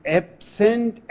absent